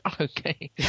Okay